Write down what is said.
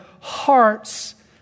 hearts